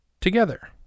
together